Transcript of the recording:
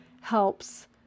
helps